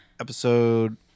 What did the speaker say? episode